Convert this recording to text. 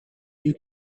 you